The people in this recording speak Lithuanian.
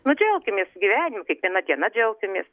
nu džiaukimės gyvenimu kiekviena diena džiaukimės